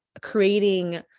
creating